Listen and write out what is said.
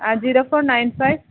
ah zero four nine five